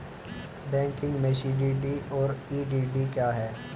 Banking में CDD और EDD क्या हैं?